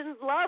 love